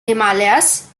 himalayas